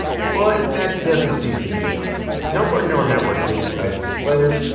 but that doesn't seem to be enough. to help our neural network digitize these letters,